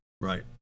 right